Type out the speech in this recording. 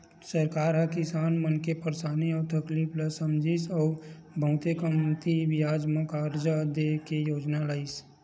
सरकार ह किसान मन के परसानी अउ तकलीफ ल समझिस अउ बहुते कमती बियाज म करजा दे के योजना लइस